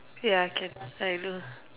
ya can I know